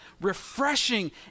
refreshing